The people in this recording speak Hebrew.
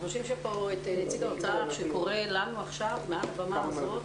אנחנו שומעים עכשיו את נציג האוצר שקורא לנו מעל במה זאת